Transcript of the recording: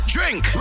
Drink